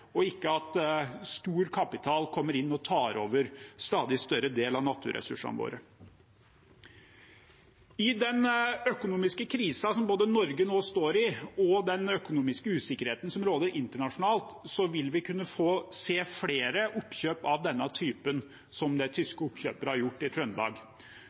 at ikke storkapital kommer inn og tar over en stadig større del av naturressursene våre. I den økonomiske krisen som Norge nå står i, og den økonomiske usikkerheten som råder internasjonalt, vil vi kunne få se flere oppkjøp av den typen som tyske oppkjøpere har gjort i Trøndelag,